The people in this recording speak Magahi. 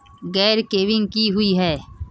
गैर बैंकिंग की हुई है?